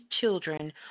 children